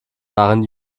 waren